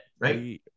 right